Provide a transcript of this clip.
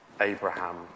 Abraham